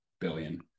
billion